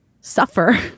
suffer